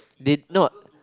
did not